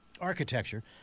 architecture